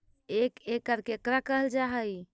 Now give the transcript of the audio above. एक एकड़ केकरा कहल जा हइ?